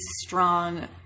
strong